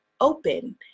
open